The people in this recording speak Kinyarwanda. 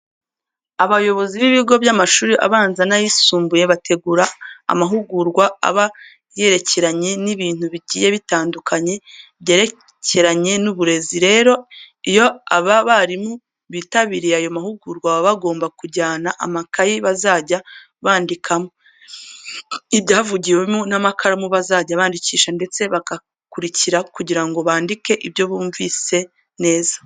Abayobozi b'ibigo by'amashuri abanza n'ayisumbuye bategura amahugurwa aba yerekeranye n'ibintu bigiye bitandukanye byerekeranye n'uburezi. Rero, iyo aba barimu bitabiriye ayo mahugurwa baba bagomba kujyana amakayi bazajya bandikamo ibyavugiwemo n'amakaramu bazajya bandikisha ndetse bagakurikira kugira ngo bandike ibyo bumvise neza.